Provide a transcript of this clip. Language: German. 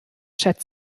chat